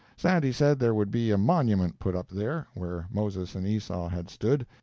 sandy said there would be a monument put up there, where moses and esau had stood,